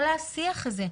כל השיח הזה.